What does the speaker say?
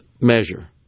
measure